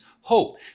hope